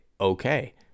okay